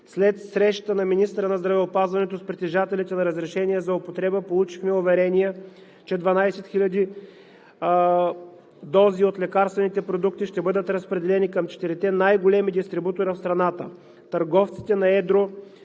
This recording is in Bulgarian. След среща на министъра на здравеопазването с притежателите на разрешения за употреба получихме уверения, че 12 хиляди дози от лекарствените продукти ще бъдат разпределени към четирите най-големи дистрибутора в страната. Търговците на едро